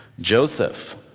Joseph